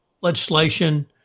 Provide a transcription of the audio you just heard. legislation